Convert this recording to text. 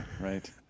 Right